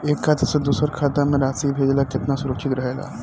एक खाता से दूसर खाता में राशि भेजल केतना सुरक्षित रहेला?